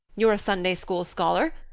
you're a sunday-school scholar,